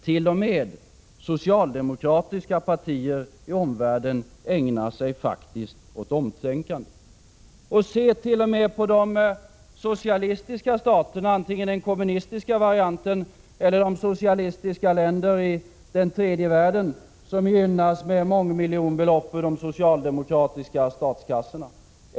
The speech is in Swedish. T.o.m. socialdemokratiska partier i omvärlden ägnar sig faktiskt åt omtänkande. Se på de socialistiska staterna, antingen den kommunistiska varianten eller de socialistiska länder i tredje världen som gynnas med mångmiljonbelopp ur de socialdemokratiska statskassorna.